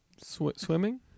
Swimming